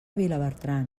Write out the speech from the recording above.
vilabertran